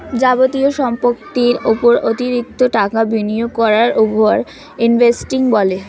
যাবতীয় সম্পত্তির উপর অতিরিক্ত টাকা বিনিয়োগ করাকে ওভার ইনভেস্টিং বলে